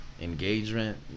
engagement